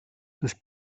τους